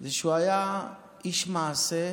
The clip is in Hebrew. זה שהוא היה איש מעשה,